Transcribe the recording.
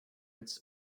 its